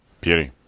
Beauty